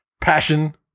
passion